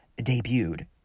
debuted